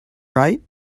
right